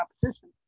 competition